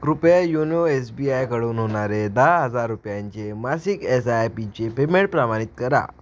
कृपया YONO S B I कडून होणारे दहा हजार रुपयांचे चे मासिक एस आय पी चे पेमेंट प्रमाणित करा